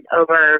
over